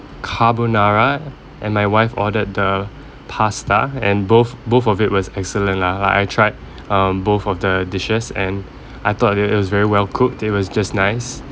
carbonara and my wife ordered the pasta and both both of it was excellent lah like I tried um both of the dishes and I thought that it was very well cooked it was just nice